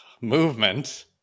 movement